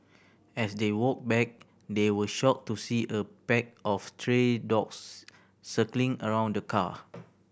as they walked back they were shocked to see a pack of stray dogs circling around the car